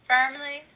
Firmly